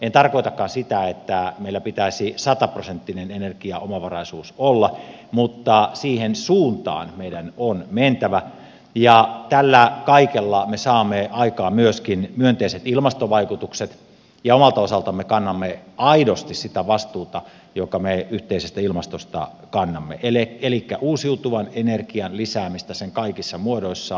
en tarkoitakaan sitä että meillä pitäisi sataprosenttinen energiaomavaraisuus olla mutta siihen suuntaan meidän on mentävä ja tällä kaikella me saamme aikaan myöskin myönteiset ilmastovaikutukset ja omalta osaltamme kannamme aidosti sitä vastuuta jonka me yhteisestä ilmastosta kannamme elikkä uusiutuvan energian lisäämistä sen kaikissa muodoissaan